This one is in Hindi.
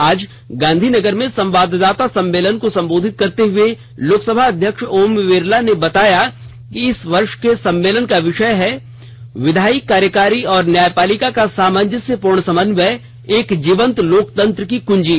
आज गांधीनगर में संवाददाता सम्मेलन को संबोधित करते हुए लोकसभा अध्यक्ष ओम बिरला ने बताया कि इस वर्ष के सम्मेलन का विषय है विधायी कार्यकारी और न्यायपालिका का सामंजस्य पूर्ण समन्वय एक जीवंत लोकतंत्र की कुंजी